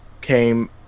came